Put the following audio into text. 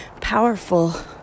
powerful